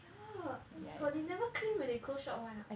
!eeyer! oh my god they never clean when they close shop [one] ah